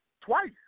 Twice